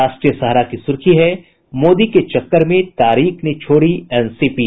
राष्ट्रीय सहारा सुर्खी है मोदी के चक्कर में तारिक ने छोड़ी एनसीपी